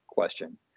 question